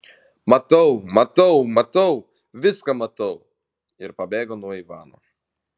matau matau matau viską matau ir pabėgo nuo ivano